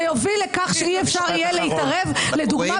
זה יוביל לכך שאי-אפשר יהיה להתערב לדוגמה